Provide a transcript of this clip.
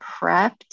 prepped